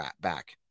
back